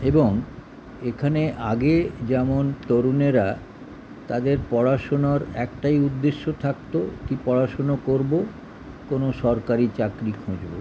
এবং এখানে আগে যেমন তরুণেরা তাদের পড়াশুনার একটাই উদ্দেশ্য থাকতো কি পড়াশুনা করবো কোনো সরকারি চাকরি খুঁজবো